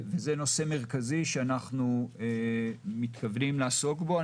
זה נושא מרכזי שאנחנו מתכוונים לעסוק בו.